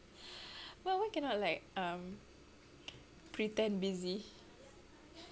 but why cannot like um pretend busy